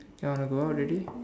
you want to go out already